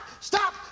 stop